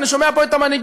אני שומע פה את המנהיגים